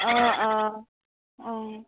অঁ অঁ অঁ